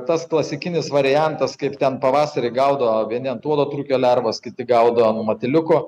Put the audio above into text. tas klasikinis variantas kaip ten pavasarį gaudo vieni ant uodo trūkio lervos kiti gaudo ant matiliuko